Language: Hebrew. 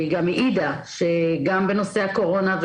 העידה שבנושא הקורונה,